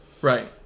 Right